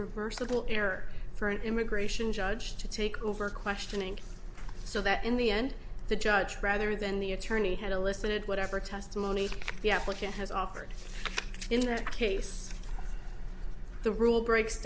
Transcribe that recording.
reversible error for an immigration judge to take over questioning so that in the end the judge rather than the attorney had to listen it whatever testimony the applicant has offered in that case the rule breaks